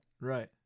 right